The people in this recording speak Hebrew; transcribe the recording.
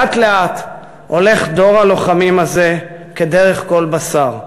לאט-לאט הולך דור הלוחמים הזה כדרך כל בשר,